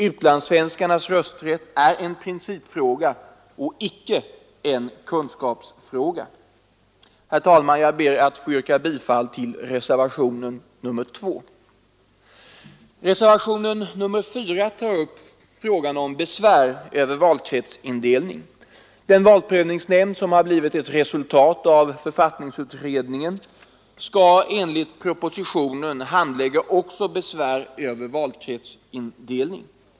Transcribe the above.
Utlandssvenskarnas rösträtt är en principfråga och icke en kunskapsfråga. Herr talman! Jag ber att få yrka bifall till reservationen 2. Reservationen 4 tar upp frågan om besvär över valkretsindelning. Den valprövningsnämnd som har blivit ett resultat av författningsutredningen skall enligt propositionen handlägga också besvär över valkretsindelning.